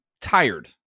tired